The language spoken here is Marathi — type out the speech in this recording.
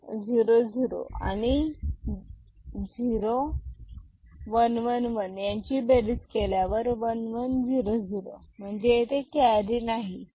0100 आणि 0111 यांची बेरीज केल्यावर 1 1 0 0 म्हणजे येथे कॅरी नाही